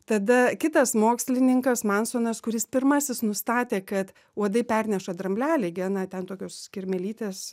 tada kitas mokslininkas mansonas kuris pirmasis nustatė kad uodai perneša dramblialigę na ten tokios kirmėlytės